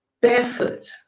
barefoot